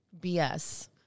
BS